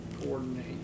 coordinate